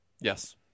yes